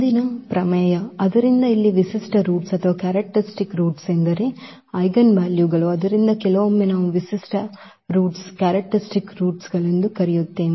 ಮುಂದಿನ ಪ್ರಮೇಯ ಆದ್ದರಿಂದ ಇಲ್ಲಿ ವಿಶಿಷ್ಟ ರೂಟ್ಸ್ ಗಳು ಎಂದರೆ ಐಜೆನ್ವಾಲ್ಯೂಗಳು ಆದ್ದರಿಂದ ಕೆಲವೊಮ್ಮೆ ನಾವು ವಿಶಿಷ್ಟ ರೂಟ್ಸ್ ಗಳೆಂದೂ ಕರೆಯುತ್ತೇವೆ